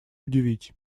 удивить